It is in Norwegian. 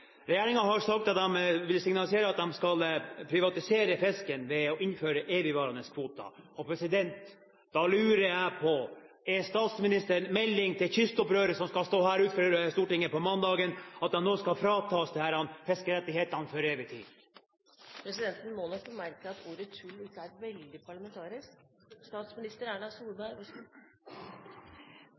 at de vil privatisere fisken ved å innføre evigvarende kvoter. Da lurer jeg på: Er statsministerens melding til kystopprøret som skal stå utenfor Stortinget på mandag, at de nå skal fratas disse fiskerettighetene for evig tid? Presidenten må nok bemerke at ordet «tull» ikke er veldig parlamentarisk.